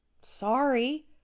sorry